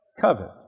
Covet